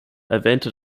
erwähnte